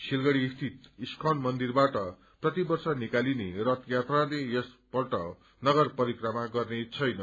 सिलगढ़ी स्थित इस्कन मन्दिरबाट प्रतिवर्ष निकालिने रथ यात्राले यसपल्ट नगर परिक्रमा गर्नेछैन